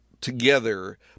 together